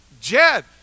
Jed